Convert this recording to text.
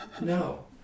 No